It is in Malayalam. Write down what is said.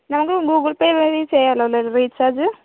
നമുക്ക് ഗൂഗിൾപേ വഴി ചെയ്യാമല്ലോ അല്ലെ ഇത് റീചാർജ്